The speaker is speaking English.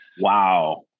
Wow